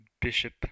bishop